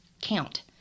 count